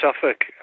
suffolk